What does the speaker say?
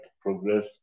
progress